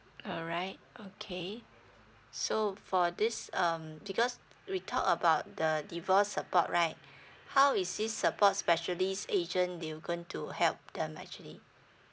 alright okay so for this um because we talk about the divorce support right how is this support specialist agent they going to help them actually